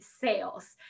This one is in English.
sales